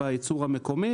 בייצור המקומי.